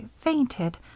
fainted